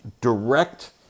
direct